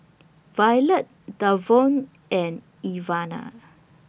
Violette Davon and Ivana